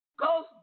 go